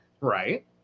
right